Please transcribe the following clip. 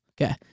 Okay